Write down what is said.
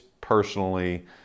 personally